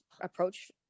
approach